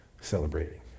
celebrating